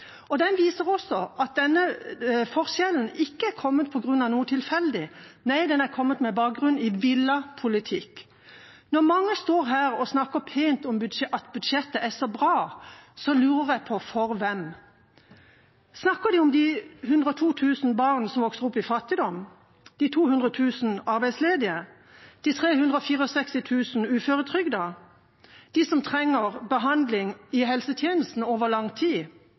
og den viser også at denne forskjellen ikke er kommet på grunn av noe tilfeldig, nei, den er kommet med bakgrunn i villet politikk. Når mange står her og snakker pent om at budsjettet er så bra, lurer jeg på: For hvem? Snakker de om de 102 000 barna som vokser opp i fattigdom, de 200 000 arbeidsledige, de 364 000 uføretrygdede? De som trenger behandling i helsetjenesten over lang tid